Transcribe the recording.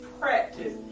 practice